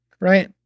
right